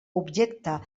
objecte